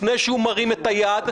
לפני שהוא מרים את היד,